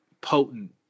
potent